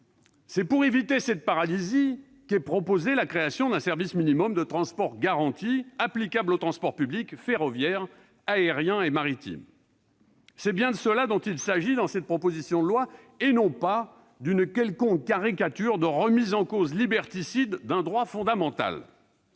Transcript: C'est pour éviter cette paralysie qu'est proposée la création d'un service minimum de transport garanti applicable aux transports publics ferroviaire, aérien et maritime. C'est bien de cela qu'il s'agit dans cette proposition de loi, et non pas d'une quelconque remise en cause liberticide d'un droit fondamental.